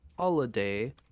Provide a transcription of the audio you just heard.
holiday